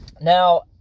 Now